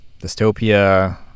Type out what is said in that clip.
Dystopia